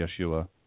Yeshua